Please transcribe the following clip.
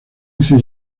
dice